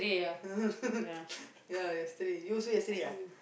ya yesterday you also yesterday ah